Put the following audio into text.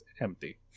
empty